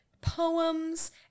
poems